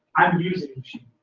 i'm using machine